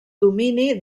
domini